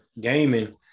gaming